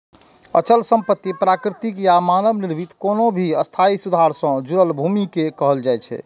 अचल संपत्ति प्राकृतिक या मानव निर्मित कोनो भी स्थायी सुधार सं जुड़ल भूमि कें कहल जाइ छै